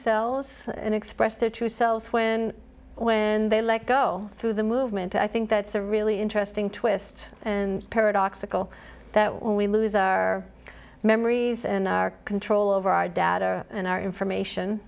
selves and express their true selves when when they like go through the movement i think that's a really interesting twist and paradoxical that when we lose our memories and our control over our data and our information